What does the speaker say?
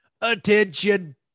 Attention